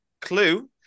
clue